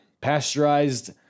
Pasteurized